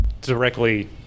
directly